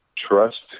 trust